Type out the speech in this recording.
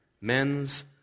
men's